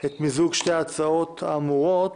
את מיזוג שתי ההצעות האמורות